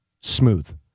smooth